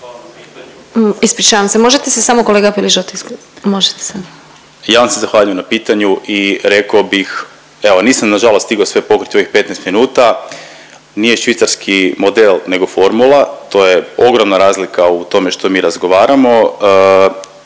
Ispričavam se, možete se samo kolega Piližota isključit? Možete sad. **Vidiš, Ivan** Ja vam se zahvaljujem na pitanju i reko bih, evo nisam nažalost stigo sve pokrit u ovih 15 minuta. Nije švicarski model nego formula, to je ogromna razlika u tome što mi razgovaramo,